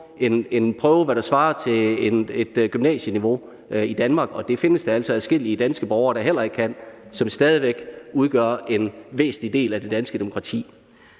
en prøve på, hvad der svarer til gymnasieniveau i Danmark, og det findes der altså adskillige danske borgere, der heller ikke kan, men som stadig væk udgør en væsentlig del af det danske demokrati.